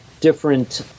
different